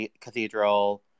cathedral